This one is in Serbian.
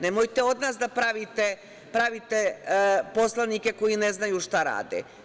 Nemojte od nas da pravite poslanike koji ne znaju šta rade.